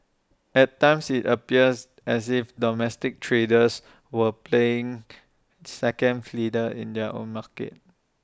at times IT appears as if domestic traders were playing second fiddle in their own market